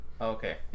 Okay